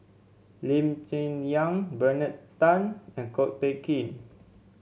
Lee Cheng Yan Bernard Tan and Ko Teck Kin